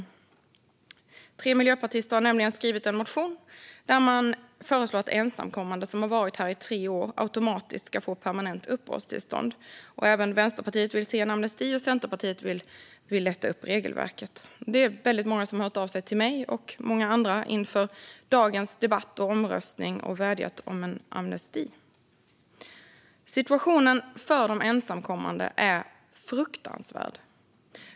Tre ledande miljöpartister har skrivit en motion där de föreslår att ensamkommande som har varit här i tre år automatiskt ska få permanent uppehållstillstånd. Även Vänsterpartiet vill se en amnesti, och Centerpartiet vill lätta upp regelverket. Det är väldigt många som har hört av sig till mig och andra inför dagens debatt och omröstning och vädjat om en amnesti. Situationen för de ensamkommande är fruktansvärd.